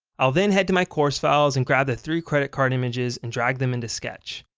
i'll then head to my course files and grab the three credit card images and drag them into sketch.